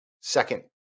second